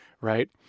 right